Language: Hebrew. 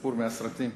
סיפור מהסרטים.